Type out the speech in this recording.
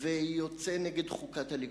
ויוצא נגד חוקת הליכוד,